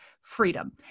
freedom